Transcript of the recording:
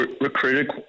recruited